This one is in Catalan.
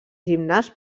gimnàs